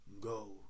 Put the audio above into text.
Go